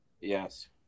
Yes